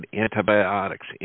antibiotics